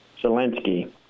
Zelensky